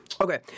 Okay